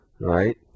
right